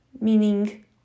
meaning